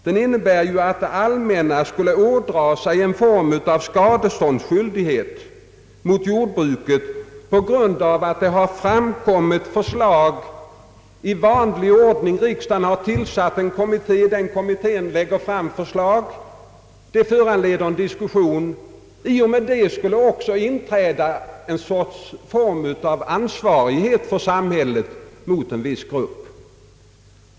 Den innebär ju att det allmänna skulle ådraga sig en form av skadeståndsskyldighet mot jordbruket på grund av ett i vanlig ordning framkommet förslag. Riksdagen har begärt att en kommitté tillsättes och denna har lagt fram förslag, vilka föranlett en diskussion. Därmed skulle också inträda en sorts form av ekonomisk ansvarighet för samhället gentemot en viss befolkningsgrupp.